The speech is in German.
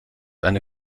eine